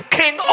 king